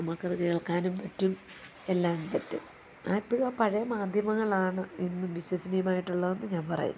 നമുക്ക് അത് കേൾക്കാനും പറ്റും എല്ലാം പറ്റും ഞാൻ ഇപ്പോഴും ആ പഴയ മാധ്യമങ്ങളാണ് ഇന്നും വിശ്വസനീയമായിട്ട് ഉള്ളതെന്നും ഞാൻ പറയുന്നു